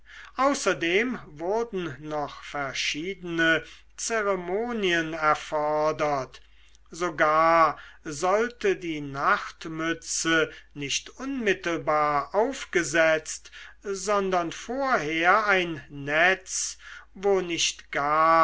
außerdem wurden noch verschiedene zeremonien erfordert sogar sollte die nachtmütze nicht unmittelbar aufgesetzt sondern vorher ein netz wo nicht gar